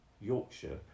Yorkshire